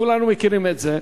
כולנו מכירים את זה.